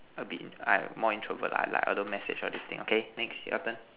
a bit I more introvert lah like I don't message all these things okay next your turn